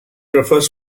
refers